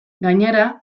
gainera